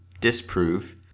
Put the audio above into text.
disprove